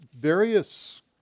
various